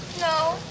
No